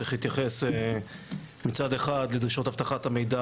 צריך להתייחס מצד אחד לדרישות אבטחת המידע